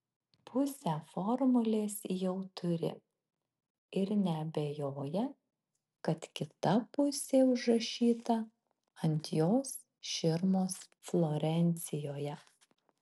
pusę formulės jau turi ir neabejoja kad kita pusė užrašyta ant jos širmos florencijoje